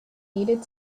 needed